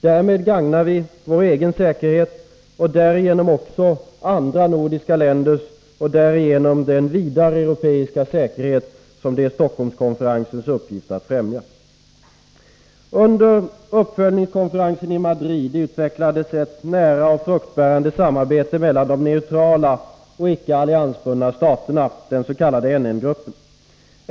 Därmed gagnar vi vår egen säkerhet, och därigenom andra nordiska länders — och därigenom också den vidare europeiska säkerhet som det är Stockholmskonferensens uppgift att främja. Under uppföljningskonferensen i Madrid utvecklades ett nära och frukt bärande samarbete mellan de neutrala och icke-alliansbundna staterna, den s.k. NN-gruppen.